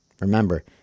remember